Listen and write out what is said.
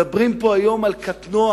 מדברים פה היום על קטנוע